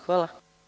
Hvala.